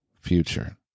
future